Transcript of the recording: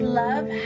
love